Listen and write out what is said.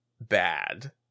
bad